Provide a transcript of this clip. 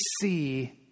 see